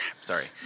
sorry